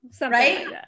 Right